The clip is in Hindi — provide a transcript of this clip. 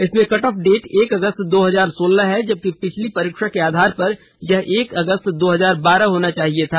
इसमें कट ऑफ डेट एक अगस्त दो हजार सोलह है जबकि पिछली परीक्षा के आधार पर यह एक अगस्त दो हजार बारह होना चाहिए था